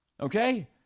okay